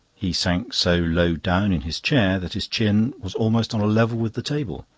he sank so low down in his chair that his chin was almost on a level with the table,